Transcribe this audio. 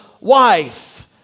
wife